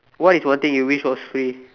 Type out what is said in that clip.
what is one thing you wish was free